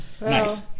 Nice